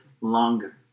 longer